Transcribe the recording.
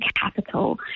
capital